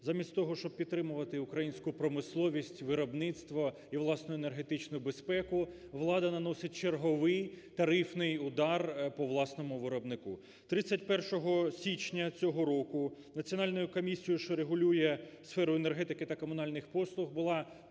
Замість того, щоб підтримувати українську промисловість, виробництво і власну енергетичну безпеку, влада наносить черговий тарифний удар по власному виробнику. 31 січня цього року Національною комісією, що регулює сферу енергетики та комунальних послуг, була